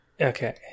Okay